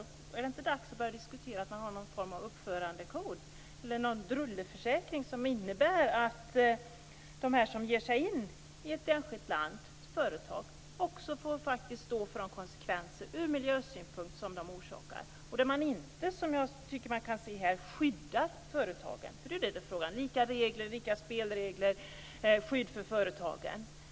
Är det inte dags att börja diskutera någon form av uppförandekod eller någon drulleförsäkring, som innebär att de företag som ger sin in i ett enskilt land också får stå för de konsekvenser som de orsakar ur miljösynpunkt? Man skall inte, som jag tycker att man gör här, skydda företagen genom lika regler, lika spelregler och skydd för företagen.